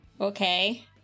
okay